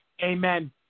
Amen